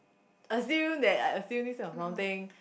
assume that I assume this or something